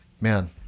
man